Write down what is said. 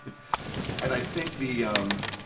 and i think the, um,